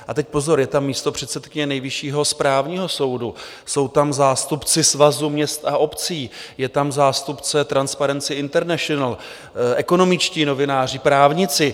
A teď pozor, je tam místopředsedkyně Nejvyššího správního soudu, jsou tam zástupci Svazu měst a obcí, je tam zástupce Transparency International, ekonomičtí novináři, právníci.